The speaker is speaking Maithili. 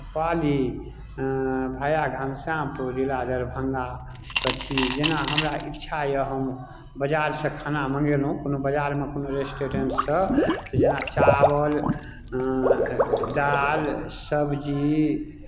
पाली भाया घनश्यामपुर जिला दरभंगाके छी जेना हमरा इच्छा यए हम बाजारसँ खाना मङ्गेलहुँ कोनो बाजारमे कोनो रेस्टोरेंटसँ तऽ जेना चावल दालि सब्जी